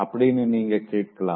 அப்படின்னு நீங்க கேட்கலாம்